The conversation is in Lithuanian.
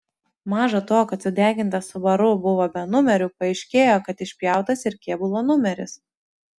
maža to kad sudegintas subaru buvo be numerių paaiškėjo kad išpjautas ir kėbulo numeris